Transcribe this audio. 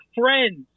friends